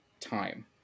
time